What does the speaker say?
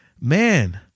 man